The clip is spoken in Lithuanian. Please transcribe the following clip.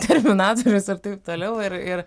terminatorius ar taip toliau ir ir